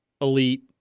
elite